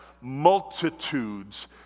multitudes